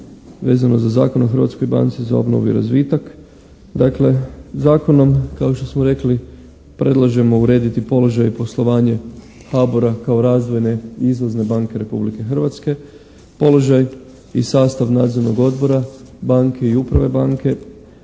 vezano za Zakon o Hrvatskoj banci za obnovu i razvitak. Dakle, zakonom kao što smo rekli predlažemo urediti položaj i poslovanje HABOR-a kao razvojne i izvozne banke Republike Hrvatske, položaj i sastav nadzornog odbora banke i uprave banke